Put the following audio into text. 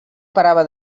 parava